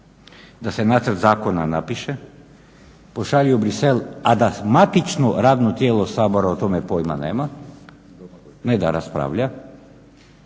da se nacrt zakona napiše, pošalje u Bruxelles a da matično radno tijelo Sabora o tome pojma nema, ne da raspravlja